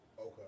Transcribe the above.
Okay